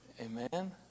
Amen